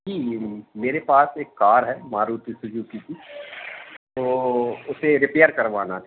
जी मेरे पास एक कार है मारुति सुजूकी की तो उसे रिपेयर करवाना था